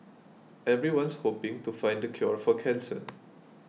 everyone's hoping to find the cure for cancer